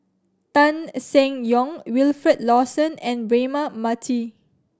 Tan Seng Yong Wilfed Lawson and Braema Mathi